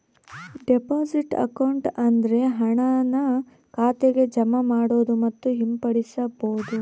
deposit account ಅಂದ್ರೆ ಹಣನ ಖಾತೆಗೆ ಜಮಾ ಮಾಡೋದು ಮತ್ತು ಹಿಂಪಡಿಬೋದು